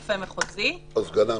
לרופא מחוזי -- או סגנו.